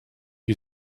you